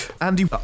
Andy